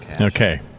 okay